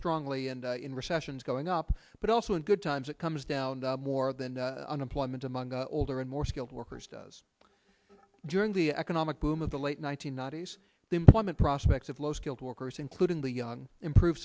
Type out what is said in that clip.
strongly and in recessions going up but also in good times it comes down more than unemployment among the older and more skilled workers does during the economic boom of the late one nine hundred ninety s the employment prospects of low skilled workers including the young improve